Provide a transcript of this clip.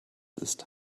ist